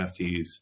NFTs